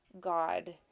God